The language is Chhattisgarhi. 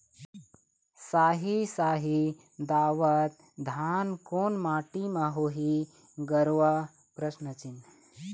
साही शाही दावत धान कोन माटी म होही गरवा?